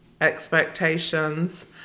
expectations